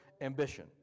ambition